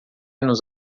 nos